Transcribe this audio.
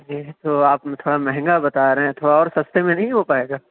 یہ تو آپ تھوڑا مہنگا بتا رہے ہیں تھوڑا اور سستے میں نہیں ہو پائے گا